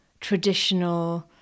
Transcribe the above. traditional